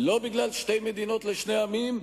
לא בגלל שתי מדינות לשני עמים,